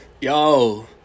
Yo